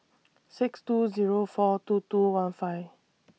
six two Zero four two two one five